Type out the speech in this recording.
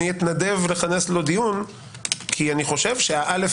אתנדב ואכנס לו דיון כי אני חושב שהאל"ף